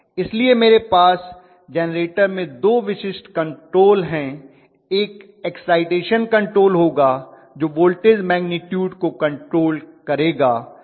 इसलिए मेरे पास जेनरेटर में दो विशिष्ट कंट्रोल हैं एक एक्साइटेशन कंट्रोल होगा जो वोल्टेज मैग्निटूड को कंट्रोल करेगा